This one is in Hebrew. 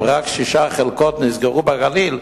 אם רק בשש חלקות נסגרו עסקאות בגליל,